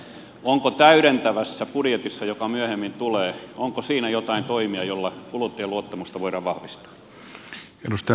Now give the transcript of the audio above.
onko täydentävässä budjetissa joka myöhemmin tulee jotain toimia joilla kuluttajien luottamusta voidaan vahvistaa